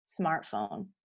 smartphone